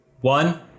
one